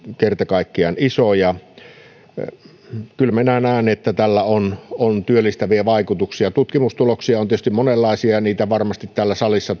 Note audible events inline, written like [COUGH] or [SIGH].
kerta kaikkiaan iso kyllä minä näen näen että tällä on on työllistäviä vaikutuksia tutkimustuloksia on tietysti monenlaisia ja niitä varmasti täällä salissa [UNINTELLIGIBLE]